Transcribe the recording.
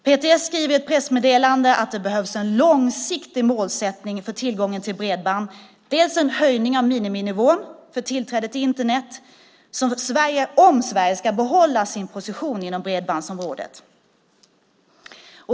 PTS skriver i ett pressmeddelande att det dels behövs en långsiktig målsättning för tillgången till bredband, dels en höjning av miniminivån för tillträde till Internet om Sverige ska behålla sin position inom bredbandsområdet.